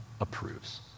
approves